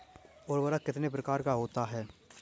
उर्वरक कितने प्रकार का होता है?